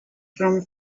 from